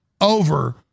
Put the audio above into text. over